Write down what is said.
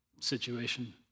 situation